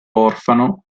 orfano